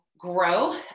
grow